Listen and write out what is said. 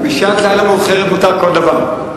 בשעת לילה מאוחרת מותר כל דבר.